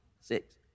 six